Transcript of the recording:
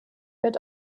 wird